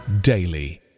daily